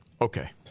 Okay